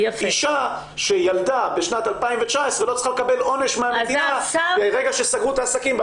אישה שילדה בשנת 2019 לא צריכה לקבל עונש מהמדינה ברגע שסגרו את העסקים.